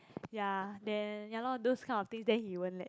ya then ya lor those kind of thing then he won't let